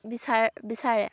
বিচাৰ বিচাৰে